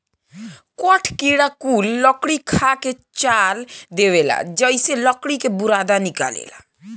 कठ किड़ा कुल लकड़ी खा के चाल देवेला जेइसे लकड़ी के बुरादा निकलेला